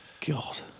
god